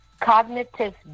cognitive